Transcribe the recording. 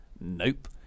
Nope